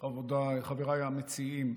רבותיי, חבריי המציעים,